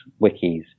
wikis